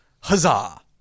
Huzzah